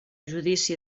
judici